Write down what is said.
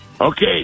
Okay